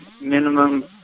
minimum